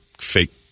fake